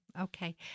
Okay